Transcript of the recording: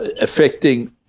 affecting